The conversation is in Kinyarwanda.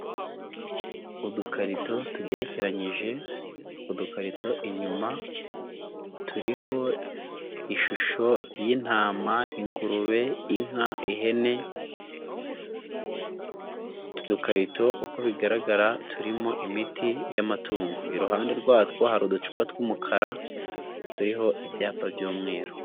Udukarito tugerekeranyije, utwo dukarito inyuma turiho ishusho y'intama, ingurube, inka ihene, utu dukarito uko bigaragara turimo imiti y'amatungo iruhande rwatwo hari uducupa tw'umukara turiho ibyapa by'umweru.